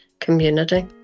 community